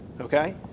okay